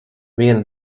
viena